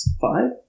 five